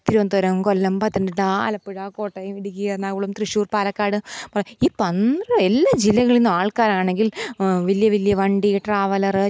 തിരുവനന്തപുരം കൊല്ലം പത്തനംത്തിട്ട ആലപ്പുഴ കോട്ടയം ഇടുക്കി എറണാകുളം തൃശ്ശൂർ പാലക്കാട് ഈ പന്ത്രോ എല്ലാ ജില്ലകളിൽ നിന്നും ആൾക്കാരാണെങ്കിൽ വലിയ വലിയ വണ്ടി ട്രാവലർ